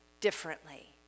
differently